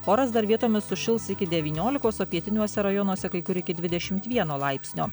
oras dar vietomis sušils iki devyniolikos o pietiniuose rajonuose kai kur iki dvidešimt vieno laipsnio